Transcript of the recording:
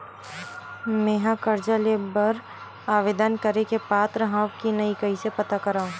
मेंहा कर्जा ले बर आवेदन करे के पात्र हव की नहीं कइसे पता करव?